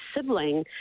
sibling